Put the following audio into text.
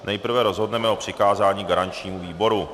Nejprve rozhodneme o přikázání garančnímu výboru.